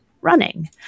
running